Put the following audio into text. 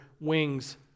wings